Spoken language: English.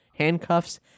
handcuffs